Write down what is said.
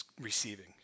receiving